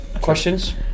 Questions